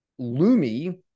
Lumi